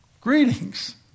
Greetings